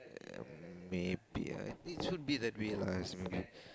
uh maybe lah it should be that way lah